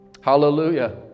Hallelujah